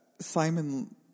Simon